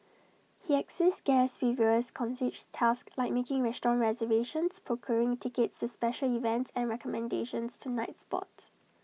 he assists guests with various concierge tasks like making restaurant reservations procuring tickets to special events and recommendations to nightspots